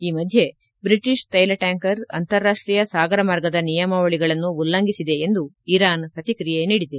ಈ ಮಧ್ಯೆ ಬ್ರಿಟಿಷ್ ತೈಲ ಟ್ಯಾಂಕರ್ ಅಂತಾರಾಷ್ಷೀಯ ಸಾಗರ ಮಾರ್ಗದ ನಿಯಾಮಾವಳಿಗಳನ್ನು ಉಲ್ಲಂಘಿಸಿದೆ ಎಂದು ಇರಾನ್ ಪ್ರತಿಕ್ರಿಯೆ ನೀಡಿದೆ